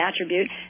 attribute